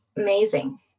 Amazing